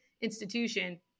institution